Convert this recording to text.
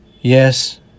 Yes